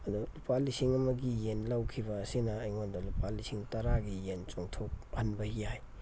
ꯑꯗꯣ ꯂꯨꯄꯥ ꯂꯤꯁꯤꯡ ꯑꯃꯒꯤ ꯌꯦꯟ ꯂꯧꯈꯤꯕ ꯑꯁꯤꯅ ꯑꯩꯉꯣꯟꯗ ꯂꯨꯄꯥ ꯂꯤꯁꯤꯡ ꯇꯔꯥꯒꯤ ꯌꯦꯟ ꯆꯣꯡꯊꯣꯛꯍꯟꯕ ꯌꯥꯏ